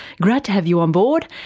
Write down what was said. glad to have you on board.